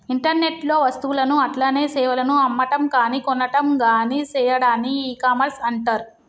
internet లో వస్తువులను అట్లనే సేవలను అమ్మటంగాని కొనటంగాని సెయ్యాడాన్ని ఇకామర్స్ అంటర్